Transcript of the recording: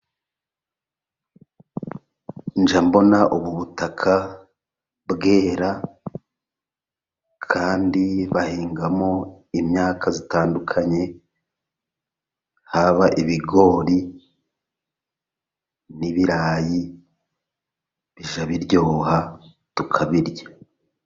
Njya mbona ubu butaka bwera, kandi bahingamo imyaka itandukanye, haba ibigori n'ibirayi bijya biryoha tukabirya.